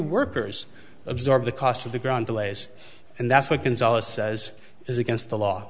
workers absorb the cost of the ground delays and that's what been zealous says is against the law